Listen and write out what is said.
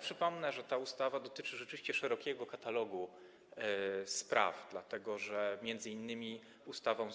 Przypomnę, że ta ustawa dotyczy rzeczywiście szerokiego katalogu spraw, dlatego że ustawą